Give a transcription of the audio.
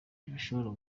bishobora